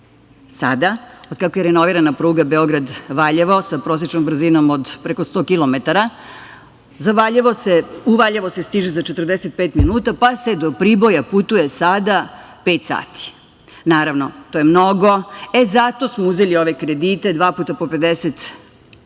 Sada, od kako je renovirana pruga Beograd – Valjevo sa prosečnom brzinom od preko 100 kilometara, u Valjevo se stiže za 45 minuta, pa se do Priboja putuje sada pet sati. Naravno, to je mnogo i zato smo uzeli ove kredite, dva puta po 51